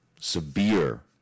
severe